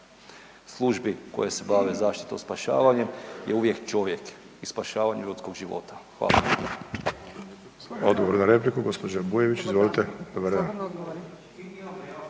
službi koje se bave zaštitom i spašavanje je uvijek čovjek i spašavanje ljudskog života. Hvala.